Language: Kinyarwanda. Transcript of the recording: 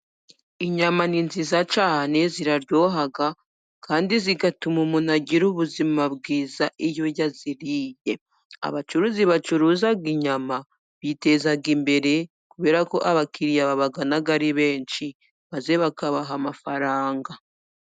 Inyama ni nziza cyane, ziraryoha kandi zigatuma umuntu agira ubuzima bwiza, iyo yaziriye. Abacuruzi bacuruza inyama biteza imbere, kubera ko abakiriya babagana ari benshi, maze bakabaha amafaranga.